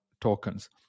tokens